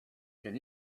can